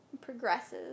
progresses